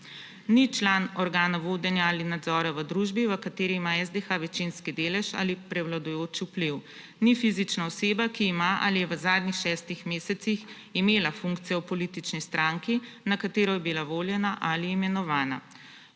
Ni član organa vodenja ali nadzora v družbi, v kateri ima SDH večinski delež ali prevladujoč vpliv. Ni fizična oseba, ki ima ali je v zadnjih šestih mesecih imela funkcijo v politični stranki, na katero je bila voljena ali imenovana.